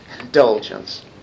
indulgence